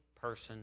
person